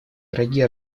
враги